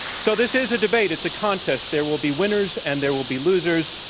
so this is a debate. it's a contest. there will be winners, and there will be losers.